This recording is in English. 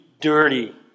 dirty